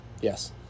Yes